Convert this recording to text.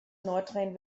nordrhein